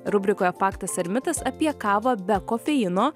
rubrikoje faktas ar mitas apie kavą be kofeino